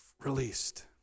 Released